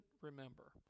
remember